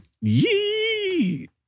Yee